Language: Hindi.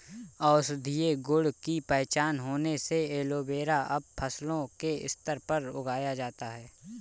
औषधीय गुण की पहचान होने से एलोवेरा अब फसलों के स्तर पर उगाया जाता है